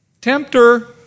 Tempter